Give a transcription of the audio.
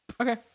Okay